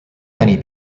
many